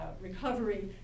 recovery